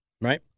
right